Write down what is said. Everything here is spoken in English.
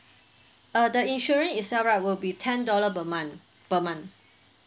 uh the insurance itself right will be ten dollar per month per month